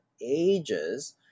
ages